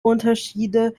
unterschiede